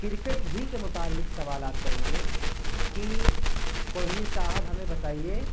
cricket ہی کے متعلق سوالات کریں گے کہ کوہلی صاحب ہمیں بتائیے